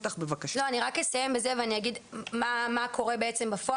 אני רק אסיים בזה ואני אגיד מה קורה בפועל.